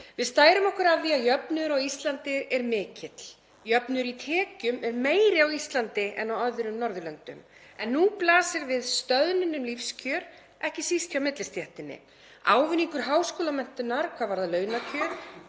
Við stærum okkur af því að jöfnuður á Íslandi sé mikill. Jöfnuður í tekjum er meiri á Íslandi en á öðrum Norðurlöndum. En nú blasir við stöðnun lífskjara, ekki síst hjá millistéttinni. Ávinningur háskólamenntunar hvað varðar launakjör